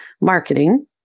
marketing